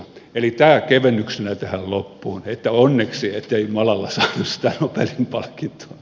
eli tämä kevennyksenä tähän loppuun että onneksi ei malala saanut sitä nobelin palkintoa